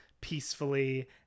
peacefully